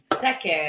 Second